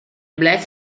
black